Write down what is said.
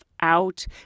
out